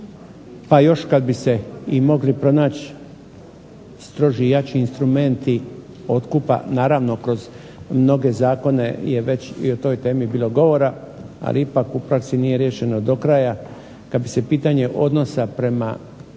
Pa još kad bi se i mogli pronaći stroži i jači instrumenti otkupa. Naravno kroz mnoge zakone je već i o toj temi bilo govora, ali ipak u praksi nije riješeno do kraja. Kad bi se pitanje odnosa prema